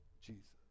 Jesus